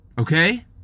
Okay